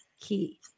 key